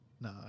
No